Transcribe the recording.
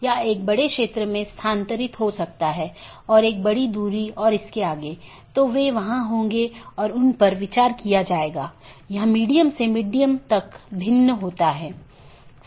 यदि आप याद करें तो हमने एक पाथ वेक्टर प्रोटोकॉल के बारे में बात की थी जिसने इन अलग अलग ऑटॉनमस सिस्टम के बीच एक रास्ता स्थापित किया था